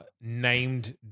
named